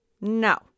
No